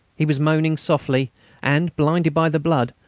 he was moaning softly and, blinded by the blood,